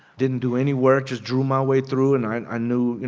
didn't do any work, just drew my way through and i knew, you